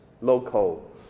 local